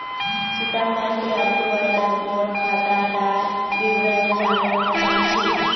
सितंबर से अक्टूबर तक मोर खाता डार विवरण जानवा चाहची?